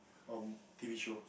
or T_V show